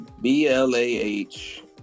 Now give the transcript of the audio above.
B-L-A-H